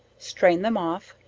strain them off,